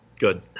good